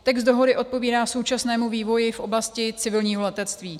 Text dohody odpovídá současnému vývoji v oblasti civilního letectví.